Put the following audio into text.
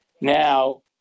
now